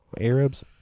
Arabs